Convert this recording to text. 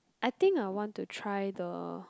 I think I want to try the